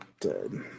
dead